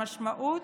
המשמעות,